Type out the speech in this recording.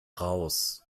raus